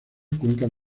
cuencas